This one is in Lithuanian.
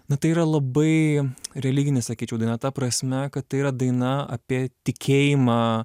na tai yra labai religinė sakyčiau daina ta prasme kad tai yra daina apie tikėjimą